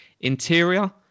interior